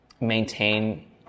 maintain